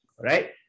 right